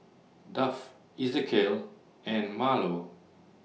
Duff Ezequiel and Marlo